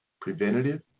preventative